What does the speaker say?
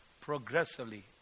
Progressively